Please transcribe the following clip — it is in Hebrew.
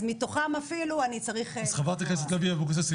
אז מתוכם אפילו אני צריך --- חברת הכנסת לוי אבקסיס,